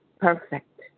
Perfect